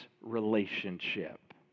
relationship